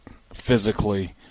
physically